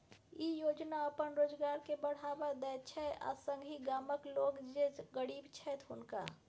ई योजना अपन रोजगार के बढ़ावा दैत छै आ संगहि गामक लोक जे गरीब छैथ हुनका